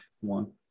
one